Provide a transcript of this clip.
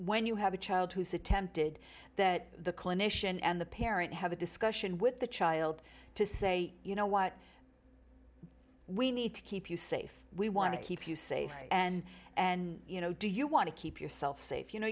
when you have a child who's attempted that the clinician and the parent have a discussion with the child to say you know what we need to keep you safe we want to keep you safe and and you know do you want to keep yourself safe you know